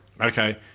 Okay